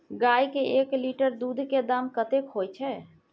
गाय के एक लीटर दूध के दाम कतेक होय छै?